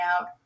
out